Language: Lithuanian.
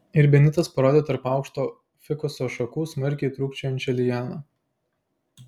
ir benitas parodė tarp aukšto fikuso šakų smarkiai trūkčiojančią lianą